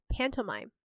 Pantomime